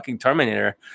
terminator